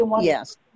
Yes